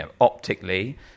optically